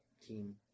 team